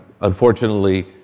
unfortunately